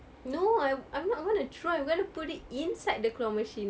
no I I'm not going to throw I'm going to put it inside the claw machine